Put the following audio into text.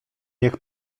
niech